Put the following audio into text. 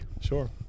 Sure